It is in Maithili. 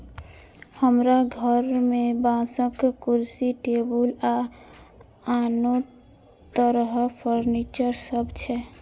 हमरा घर मे बांसक कुर्सी, टेबुल आ आनो तरह फर्नीचर सब छै